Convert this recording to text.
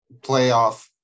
playoff